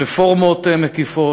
רפורמות מקיפות,